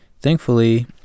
thankfully